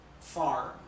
farm